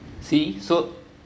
see so